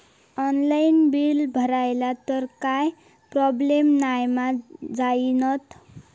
Online bill भरला तर काय प्रोब्लेम नाय मा जाईनत?